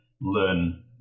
learn